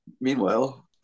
meanwhile